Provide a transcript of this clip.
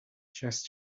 just